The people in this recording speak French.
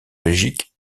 belgique